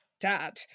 Dad